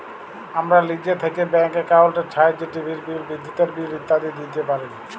আমরা লিজে থ্যাইকে ব্যাংক একাউল্টের ছাহাইয্যে টিভির বিল, বিদ্যুতের বিল ইত্যাদি দিইতে পারি